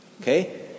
Okay